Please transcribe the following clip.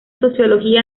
sociología